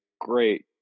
great